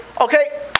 okay